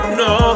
no